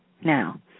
Now